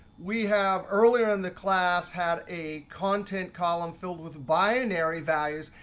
we have earlier in the class had a content column filled with binary values,